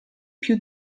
più